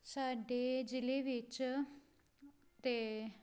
ਸਾਡੇ ਜ਼ਿਲ੍ਹੇ ਵਿੱਚ ਤੇ